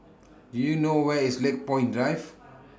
Do YOU know Where IS Lakepoint Drive